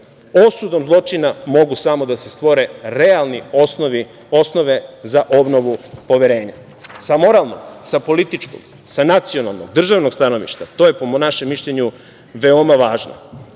Osudom zločina mogu samo da se stvore realne osnove za obnovu poverenja. Sa moralnog, sa političkog, sa nacionalnog, državnog stanovišta, to je po našem mišljenju veoma važno. Mi